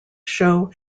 show